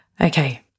Okay